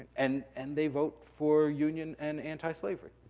and and they vote for union and antislavery.